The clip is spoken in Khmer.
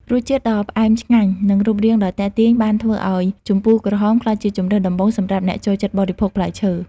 រសជាតិដ៏ផ្អែមឆ្ងាញ់ និងរូបរាងដ៏ទាក់ទាញបានធ្វើឱ្យជម្ពូក្រហមក្លាយជាជម្រើសដំបូងសម្រាប់អ្នកចូលចិត្តបរិភោគផ្លែឈើ។